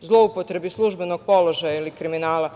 zloupotrebi službenog položaja ili kriminala.